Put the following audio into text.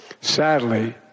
Sadly